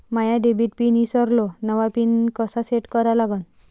माया debit pin ईसरलो, नवा pin कसा सेट करा लागन?